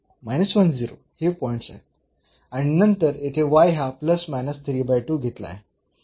आणि हे पॉईंट्स आहेत आणि नंतर येथे हा घेतला आहे कारण तिथे आहे